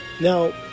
Now